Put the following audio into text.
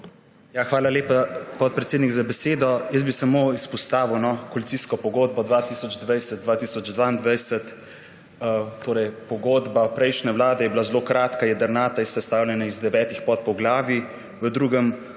Hvala lepa, podpredsednik za besedo. Jaz bi samo izpostavil koalicijsko pogodbo 2020−2022. Pogodba prejšnje vlade je bila zelo kratka, jedrnata in sestavljena iz devetih podpoglavij. V drugem